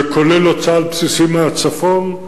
זה כולל הוצאת בסיסים מהצפון,